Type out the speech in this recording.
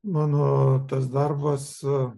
mano tas darbas